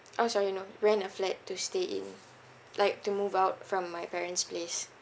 orh sorry no rent a flat to stay in like to move out from my parent's place